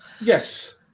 Yes